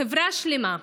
חברה שלמה,